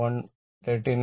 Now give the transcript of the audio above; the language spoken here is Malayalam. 61 വോൾട്ട്